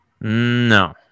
No